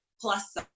plus